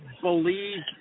believe